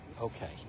Okay